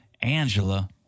Angela